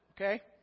Okay